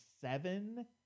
Seven